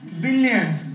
billions